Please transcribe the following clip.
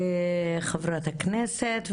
חברת הכנסת.